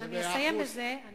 אני מסיימת.